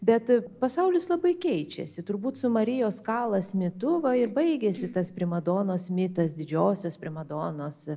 bet pasaulis labai keičiasi turbūt su marijos kalas mitu va ir baigiasi tas primadonos mitas didžiosios primadonos